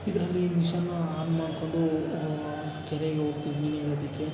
ಇದರಲ್ಲಿ ಮಿಷನ್ನು ಆನ್ ಮಾಡಿಕೊಂಡು ಕೆರೆಗೆ ಹೋಗ್ತಿದ್ದೆ ಮೀನು ಹಿಡಿಯೋದಕ್ಕೆ